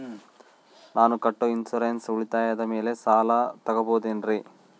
ನಾನು ಕಟ್ಟೊ ಇನ್ಸೂರೆನ್ಸ್ ಉಳಿತಾಯದ ಮೇಲೆ ಸಾಲ ತಗೋಬಹುದೇನ್ರಿ?